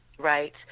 Right